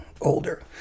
older